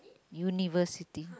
university